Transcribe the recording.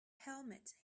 helmet